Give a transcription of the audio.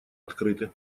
открыты